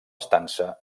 estança